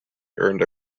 earned